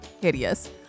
hideous